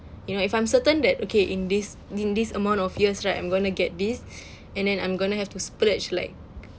you know if I'm certain then okay in this in this amount of years right I'm gonna get this and then I'm gonna have to splurge like